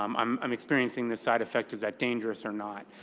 um um i'm experiencing this side effect. is that dangerous or not?